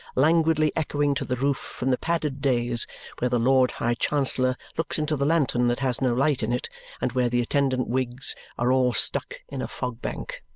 languidly echoing to the roof from the padded dais where the lord high chancellor looks into the lantern that has no light in it and where the attendant wigs are all stuck in a fog-bank!